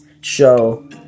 show